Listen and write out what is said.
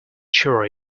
sure